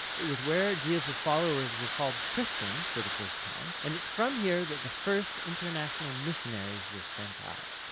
it was where jesus' followers were called christians for the first time. and it's from here that the first international missionaries were sent out.